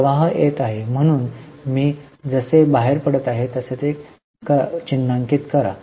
प्रवाह येत आहे म्हणून मी जसे बाहेर पडत आहे तसे कराल तसे चिन्हांकित करा